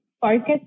focus